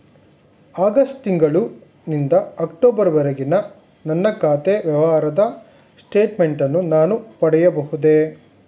August ತಿಂಗಳು ನಿಂದ October ವರೆಗಿನ ನನ್ನ ಖಾತೆ ವ್ಯವಹಾರದ ಸ್ಟೇಟ್ಮೆಂಟನ್ನು ನಾನು ಪಡೆಯಬಹುದೇ?